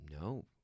No